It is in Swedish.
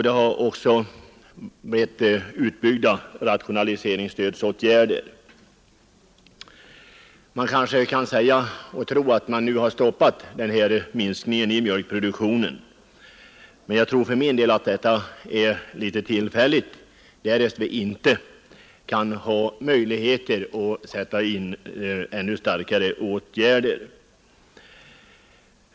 Det har också blivit utbyggda stödåtgärder för rationaliseringen. Man kunde kanske tro att minskningen i mjölkproduktionen därmed har stoppats, men jag anser för min del att detta endast är tillfälligt därest det inte blir möjligheter att sätta in ännu starkare åtgärder.